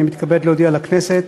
אני מתכבד להודיע לכנסת